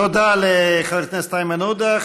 תודה לחבר הכנסת איימן עודה.